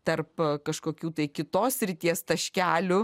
tarp kažkokių tai kitos srities taškelių